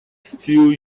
steal